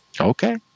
Okay